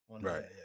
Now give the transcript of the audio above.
Right